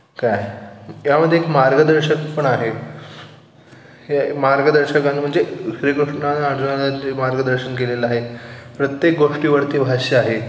काय त्यामध्ये एक मार्गदर्शक पण आहे हे मार्गदर्शकानं म्हणजे श्रीकृष्णाने अर्जुनाला जे मार्गदर्शन केलेलं आहे प्रत्येक गोष्टीवरती भाष्य आहे